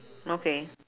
okay